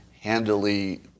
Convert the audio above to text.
handily